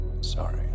Sorry